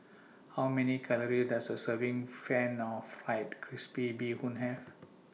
How Many Calories Does A Serving of Pan Fried Crispy Bee Hoon Have